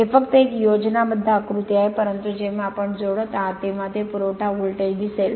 हे फक्त एक योजनाबद्ध आकृती आहे परंतु जेव्हा आपण जोडत आहात तेव्हा ते पुरवठा व्होल्टेज दिसेल